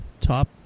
top